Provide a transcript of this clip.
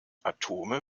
atome